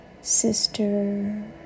sister